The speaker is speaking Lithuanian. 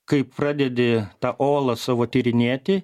kai pradedi tą olą savo tyrinėti